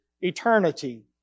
eternity